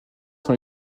sont